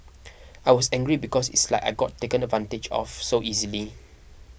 I was angry because it's like I got taken advantage of so easily